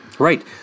Right